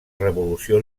revolució